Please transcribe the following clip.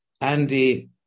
andy